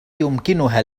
يمكنها